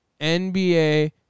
NBA